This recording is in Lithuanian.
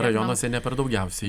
rajonuose ne per daugiausia